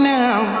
now